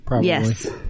Yes